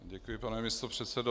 Děkuji, pane místopředsedo.